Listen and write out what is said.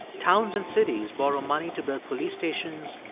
towns and cities borrow money to build police stations,